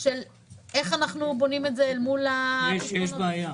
של איך אנחנו בונים את זה אל מול --- יש בעיה.